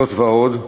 זאת ועוד,